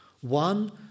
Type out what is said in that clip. One